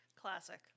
Classic